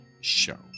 show